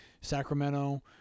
Sacramento